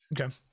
okay